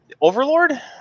Overlord